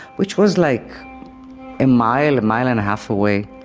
which was like a mile, a mile and half away.